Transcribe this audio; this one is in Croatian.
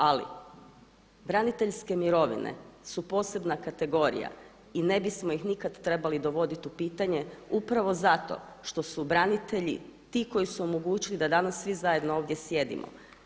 Ali, braniteljske mirovine su posebna kategorija i ne bismo ih nikad trebali dovoditi u pitanje upravo zato što su branitelji ti koji su omogućili da danas svi zajedno ovdje sjedimo.